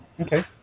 Okay